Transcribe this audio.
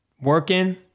Working